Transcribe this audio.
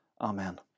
Amen